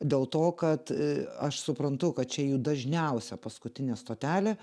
dėl to kad aš suprantu kad čia jų dažniausia paskutinė stotelė